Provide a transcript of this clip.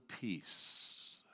peace